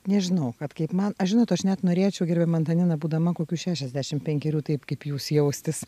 nežinau vat kaip man o žinot aš net norėčiau gerbiama antanina būdama kokių šešiasdešimt penkerių taip kaip jūs jaustis